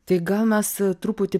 tai gal mes truputį